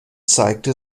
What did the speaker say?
zeigte